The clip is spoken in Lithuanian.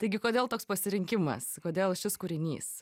taigi kodėl toks pasirinkimas kodėl šis kūrinys